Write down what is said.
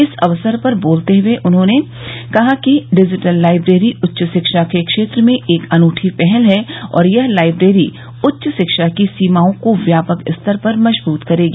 इस अवसर पर बोलते हुए उन्होंने कहा कि डिजिटल लाइब्रेरी उच्च शिक्षा के क्षेत्र में एक अनूठी पहल है और यह लाइब्रेरी उच्च शिक्षा की सीमाओं को व्यापक स्तर पर मजबूत करेगी